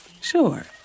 Sure